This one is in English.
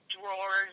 drawers